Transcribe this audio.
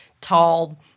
tall